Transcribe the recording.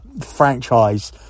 franchise